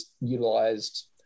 utilized